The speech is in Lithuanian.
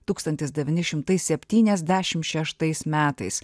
tūkstantis devyni šimtai septyniasdešimt šeštais metais